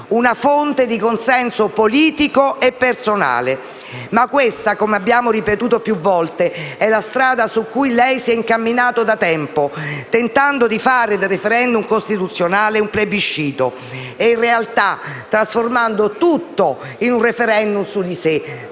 una fonte di consenso politico e personale. Ma questa, come abbiamo ripetuto più volte, è la strada su cui lei si è incamminato da tempo, tentando di fare del *referendum* costituzionale un plebiscito e in realtà trasformando tutto in un *referendum* su di sé,